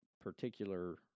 particular